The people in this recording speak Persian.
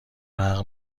برق